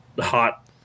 hot